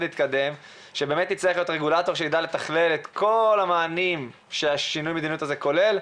שיהיה רגולטור שידע לתכנן את כל המענים ששינוי המדיניות הזה כולל.